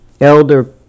Elder